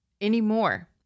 anymore